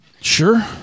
Sure